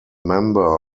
member